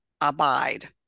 abide